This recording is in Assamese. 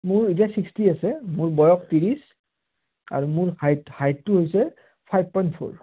মোৰ এতিয়া ছিক্সটি আছে মোৰ বয়স ত্ৰিছ আৰু মোৰ হাইট হাইটটো হৈছে ফাইভ পইণ্ট ফ'ৰ